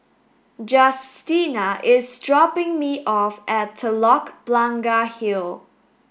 Justina is dropping me off at Telok Blangah Hill